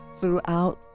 throughout